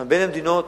אנחנו בין המדינות